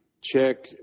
check